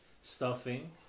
stuffing